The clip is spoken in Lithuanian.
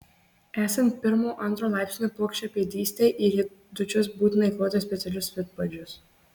esant pirmo antro laipsnio plokščiapėdystei į riedučius būtina įkloti specialius vidpadžius